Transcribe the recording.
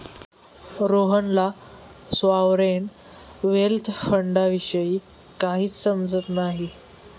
रोहनला sovereign wealth फंडाविषयी काहीच समजत नाही